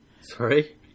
Sorry